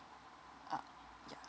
uh yeah